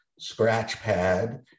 Scratchpad